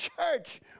church